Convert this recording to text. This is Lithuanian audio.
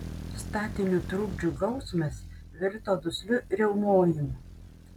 statinių trukdžių gausmas virto dusliu riaumojimu